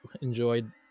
enjoyed